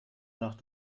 nach